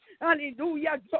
Hallelujah